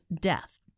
death